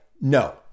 no